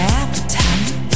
appetite